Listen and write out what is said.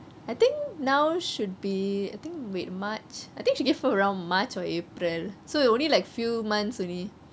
I think now should be I think wait march I think she gave birth around march or april so you only like few months only